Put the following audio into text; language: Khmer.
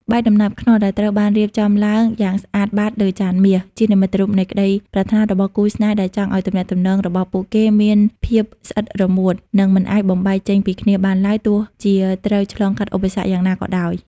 បាយដំណើបខ្នុរដែលត្រូវបានរៀបចំឡើងយ៉ាងស្អាតបាតលើចានមាស ជានិមិត្តរូបនៃក្តីប្រាថ្នារបស់គូស្នេហ៍ដែលចង់ឱ្យទំនាក់ទំនងរបស់ពួកគេមានភាព «ស្អិតរមួត» និងមិនអាចបំបែកចេញពីគ្នាបានឡើយ ទោះជាត្រូវឆ្លងកាត់ឧបសគ្គយ៉ាងណាក៏ដោយ។